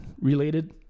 related